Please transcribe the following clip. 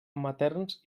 materns